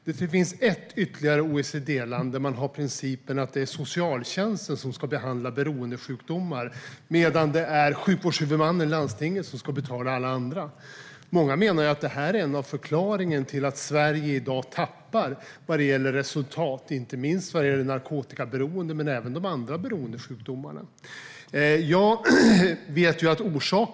Det finns ett ytterligare OECD-land där man har principen att socialtjänsten ska behandla beroendesjukdomar medan sjukvårdshuvudmannen, landstinget, ska betala alla andra. Många menar att detta är en av förklaringarna till att Sverige i dag tappar i resultat, inte minst vad gäller narkotikaberoende men även vid de andra beroendesjukdomarna.